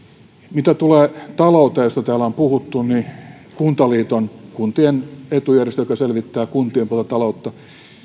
mitä tulee talouteen josta täällä on puhuttu niin kuntaliiton kuntien etujärjestön joka selvittää kuntataloutta